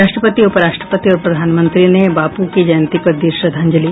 राष्ट्रपति उपराष्ट्रपति और प्रधानमंत्री ने बापू की जयंती पर दी श्रद्धांजलि